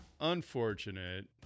unfortunate